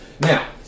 Now